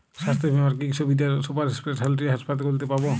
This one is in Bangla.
স্বাস্থ্য বীমার কি কি সুবিধে সুপার স্পেশালিটি হাসপাতালগুলিতে পাব?